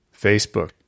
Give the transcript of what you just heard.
Facebook